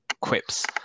quips